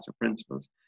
principles